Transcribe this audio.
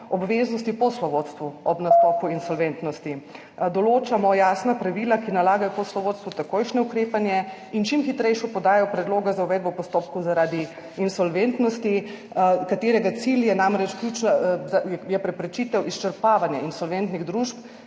obveznosti poslovodstvu ob nastopu insolventnosti. Določamo jasna pravila, ki nalagajo poslovodstvu takojšnje ukrepanje in čim hitrejšo podajo predloga za uvedbo postopkov zaradi insolventnosti, katerega cilj je namreč preprečitev izčrpavanja insolventnih družb